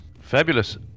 Fabulous